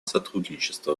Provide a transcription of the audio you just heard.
сотрудничества